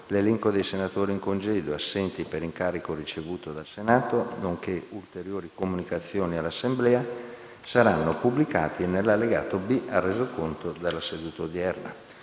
L'elenco dei senatori in congedo e assenti per incarico ricevuto dal Senato, nonché ulteriori comunicazioni all'Assemblea saranno pubblicati nell'allegato B al Resoconto della seduta odierna.